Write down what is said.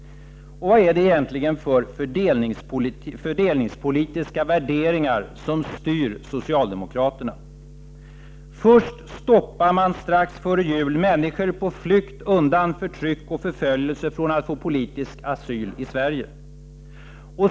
Och vad är det egentligen för fördelningspolitiska värderingar som styr socialdemokraterna? Först stoppar man strax före jul möjligheterna för människor på flykt undan förtryck och förföljelse att få politisk asyl i Sverige.